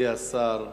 מכובדי השר,